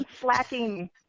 slacking